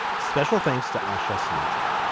special thanks to asha soldier.